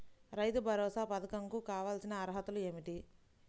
రైతు భరోసా పధకం కు కావాల్సిన అర్హతలు ఏమిటి?